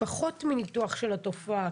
פחות מניתוח של התופעה.